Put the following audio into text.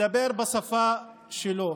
מדבר בשפה שלו.